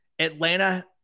Atlanta